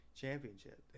championship